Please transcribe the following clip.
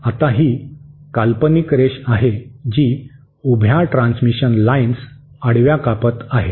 आता ही काल्पनिक रेष आहे जी उभ्या ट्रान्समिशन लाईन्स आडव्या कापत आहे